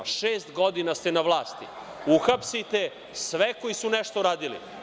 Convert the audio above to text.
Šest godine ste na vlasti, uhapsite sve koji su nešto radili.